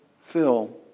fill